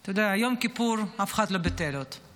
אתה יודע, יום כיפור, אף אחד לא ביטל עוד.